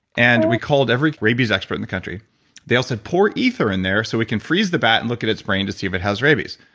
and we called every rabies expert in the country they all said pour ether in there so we can freeze the bat and look at its brain to see if it has rabies.